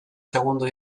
segundo